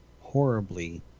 horribly